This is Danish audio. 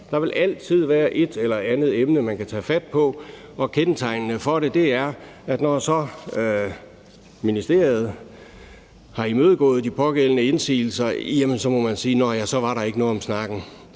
Der vil altid være et eller andet emne, man kan tage fat på, og kendetegnende for det er, at når så ministeriet har imødegået de pågældende indsigelser, så må man sige: Nå, ja, så var der ikke noget om snakken.